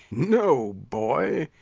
no, boy.